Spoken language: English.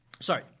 Sorry